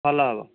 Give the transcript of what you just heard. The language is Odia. ଭଲ ହେବ